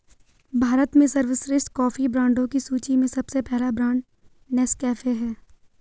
भारत में सर्वश्रेष्ठ कॉफी ब्रांडों की सूची में सबसे पहला ब्रांड नेस्कैफे है